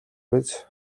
биз